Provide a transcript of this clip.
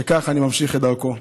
שכך אני ממשיך דרכו.